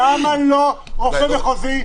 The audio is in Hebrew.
למה לא רופא מחוזי?